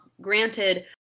granted